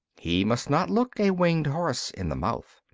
he must not look a winged horse in the mouth.